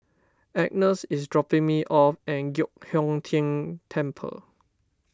Agnes is dropping me off at Giok Hong Tian Temple